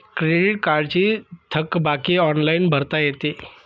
credit कार्डची थकबाकी online भरता येते